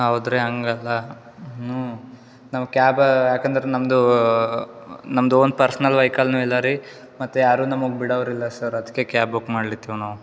ಹೌದು ರೀ ಹಾಗಲ್ಲಾ ನೂ ನಮಗೆ ಕ್ಯಾಬ್ ಯಾಕಂದ್ರೆ ನಮ್ಮದು ನಮ್ಮದು ವೊನ್ ಪರ್ಸ್ನಲ್ ವೆಹಿಕಲ್ನು ಇಲ್ಲ ರೀ ಮತ್ತು ಯಾರೂ ನಮಗೆ ಬಿಡೋರಿಲ್ಲ ಸರ್ ಅದಕ್ಕೆ ಕ್ಯಾಬ್ ಬುಕ್ ಮಾಡ್ಲಿತೀವಿ ನಾವು